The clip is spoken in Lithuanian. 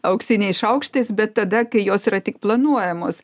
auksiniais šaukštais bet tada kai jos yra tik planuojamos